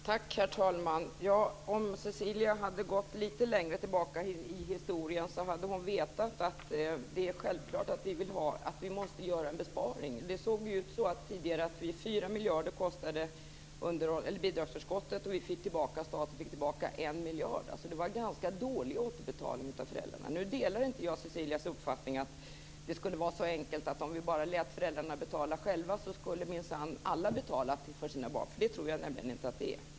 Herr talman! Om Cecilia hade gått lite längre tillbaka i historien hade hon vetat att det är självklart att vi måste göra en besparing. Tidigare var det så att bidragsförskottet kostade 4 miljarder, och staten fick tillbaka 1 miljard. Det var alltså en ganska dålig återbetalning av föräldrarna. Nu delar jag inte Cecilias uppfattning att det skulle vara så enkelt att om vi bara lät föräldrarna betala själva skulle minsann alla betala till sina barn. Så tror jag inte att det är.